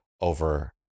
over